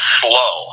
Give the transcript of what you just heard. slow